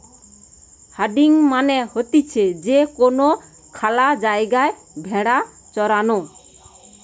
herding মানে হতিছে যে কোনো খ্যালা জায়গায় ভেড়া চরানো